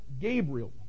Gabriel